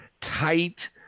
tight